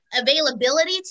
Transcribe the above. availability